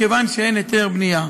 כיוון שאין היתר בנייה.